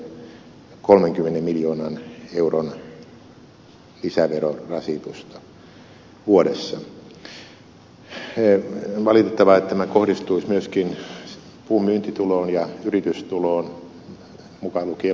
valitettavaa on että tämä kohdistuisi myöskin puun myyntituloon ja yritystuloon mukaan lukien maatalouden tulo